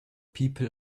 people